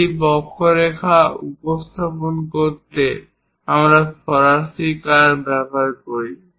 একটি বক্ররেখা উপস্থাপন করতে আমরা ফরাসী কার্ভ ব্যবহার করি